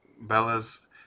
Bella's